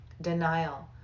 Denial